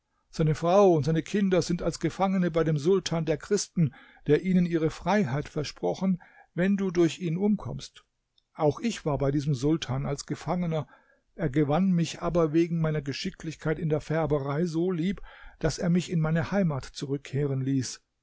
seine frau und seine kinder sind als gefangene bei dem sultan der christen der ihnen ihre freiheit versprochen wenn du durch ihn umkommst auch ich war bei diesem sultan als gefangener er gewann mich aber wegen meiner geschicklichkeit in der färberei so lieb daß er mich in meine heimat zurückkehren ließ